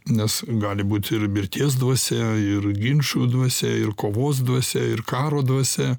nes gali būti ir mirties dvasia ir ginčų dvasia ir kovos dvasia ir karo dvasia